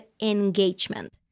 engagement